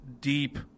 deep